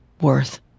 worth